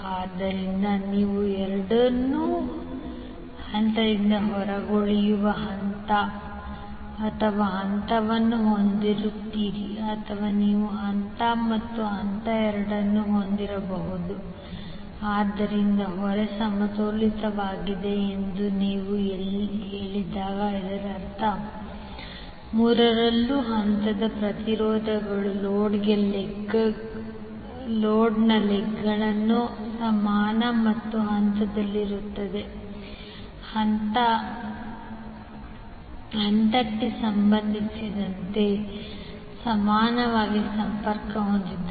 ಆದ್ದರಿಂದ ನೀವು ಎರಡನ್ನೂ ಹಂತದಿಂದ ಹೊರಗುಳಿಯುವ ಹಂತ ಅಥವಾ ಹಂತವನ್ನು ಹೊಂದಿರುತ್ತೀರಿ ಅಥವಾ ನೀವು ಹಂತ ಮತ್ತು ಹಂತ ಎರಡನ್ನೂ ಹೊಂದಿರಬಹುದು ಆದ್ದರಿಂದ ಹೊರೆ ಸಮತೋಲಿತವಾಗಿದೆ ಎಂದು ನೀವು ಹೇಳಿದಾಗ ಇದರರ್ಥ ಮೂರರಲ್ಲೂ ಹಂತದ ಪ್ರತಿರೋಧಗಳು ಲೋಡ್ನ ಲೆಗ್ಗಳು ಸಮಾನ ಮತ್ತು ಹಂತದಲ್ಲಿರುತ್ತವೆ ಹಂತ ಎಂದರೆ ನೀವು ಹಂತಕ್ಕೆ ಸಂಬಂಧಿಸಿದಂತೆ ಸಮಾನವಾಗಿ ಸಂಪರ್ಕ ಹೊಂದಿದ್ದೀರಿ